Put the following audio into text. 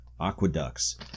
aqueducts